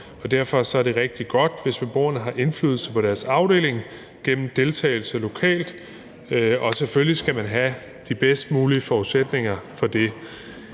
Derfor er det rigtig godt, hvis beboerne har indflydelse på deres afdeling gennem deltagelse lokalt, og man skal selvfølgelig have de bedst mulige forudsætninger for det.